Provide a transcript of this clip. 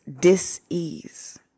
dis-ease